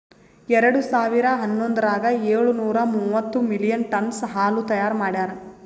ಎರಡು ಸಾವಿರಾ ಹನ್ನೊಂದರಾಗ ಏಳು ನೂರಾ ಮೂವತ್ತು ಮಿಲಿಯನ್ ಟನ್ನ್ಸ್ ಹಾಲು ತೈಯಾರ್ ಮಾಡ್ಯಾರ್